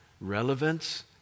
Relevance